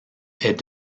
est